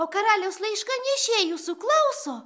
o karaliaus laiškanešiai jūsų klauso